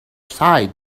side